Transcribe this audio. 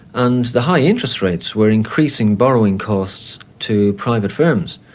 and the high interest rates were increasing borrowing costs to private firms,